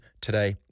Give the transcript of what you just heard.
Today